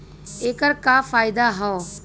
ऐकर का फायदा हव?